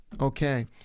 Okay